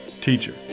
Teacher